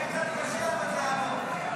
יהיה קצת קשה אבל זה יעבור.